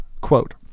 quote